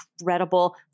incredible